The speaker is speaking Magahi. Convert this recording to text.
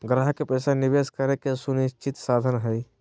ग्राहक के पैसा निवेश करे के सुनिश्चित साधन हइ